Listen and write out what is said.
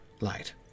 light